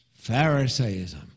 pharisaism